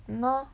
!hannor!